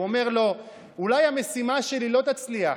הוא אומר לו: אולי המשימה שלי לא תצליח.